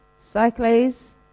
cyclase